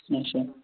اچھا